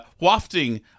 wafting